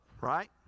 right